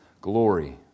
glory